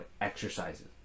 exercises